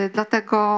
Dlatego